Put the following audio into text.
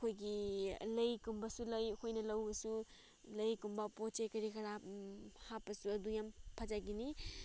ꯑꯩꯈꯣꯏꯒꯤ ꯂꯩꯒꯨꯝꯕꯁꯨ ꯂꯩ ꯑꯩꯈꯣꯏꯅ ꯂꯧꯔꯁꯨ ꯂꯩꯒꯨꯝꯕ ꯄꯣꯠ ꯆꯩ ꯀꯔꯤ ꯀꯔꯥ ꯍꯥꯞꯄꯁꯨ ꯑꯗꯨ ꯌꯥꯝ ꯐꯖꯒꯅꯤ